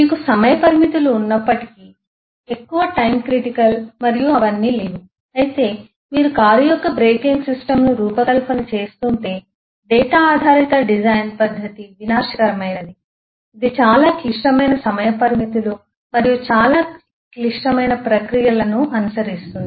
మీకు సమయ పరిమితులు ఉన్నప్పటికీ ఎక్కువ టైమ్ క్రిటికల్ మరియు అవన్నీ లేవు అయితే మీరు కారు యొక్క బ్రేకింగ్ సిస్టమ్ను రూపకల్పన చేస్తుంటే డేటా ఆధారిత డిజైన్ పద్ధతి వినాశకరమైనది ఇది చాలా క్లిష్టమైన సమయ పరిమితులు మరియు చాలా క్లిష్టమైన ప్రక్రియలను అనుసరిస్తుంది